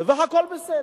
והכול בסדר.